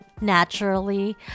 naturally